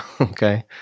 Okay